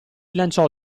lanciò